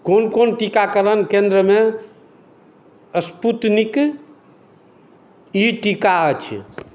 कोन कोन टीकाकरण केंद्रमे स्पूतनिक ई टिका अछि